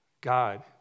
God